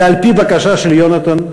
ועל-פי בקשה של יונתן,